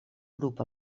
grup